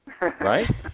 Right